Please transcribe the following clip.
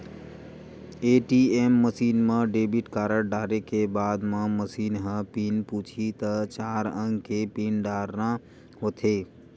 ATM machine म debit card डारे के बाद म मसीन ह पिन पूछही त चार अंक के पिन डारना होथे